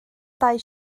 dau